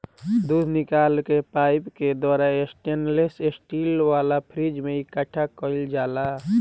दूध निकल के पाइप के द्वारा स्टेनलेस स्टील वाला फ्रिज में इकठ्ठा कईल जाला